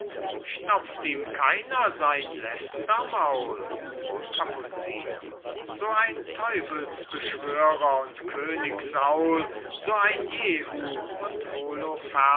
stopft ihm keiner sein lästermaul kapuziner so ein teufelsbeschwörer und könig saul so ein jehu und